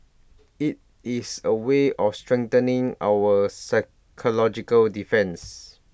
IT is A way of strengthening our psychological defence